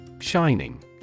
Shining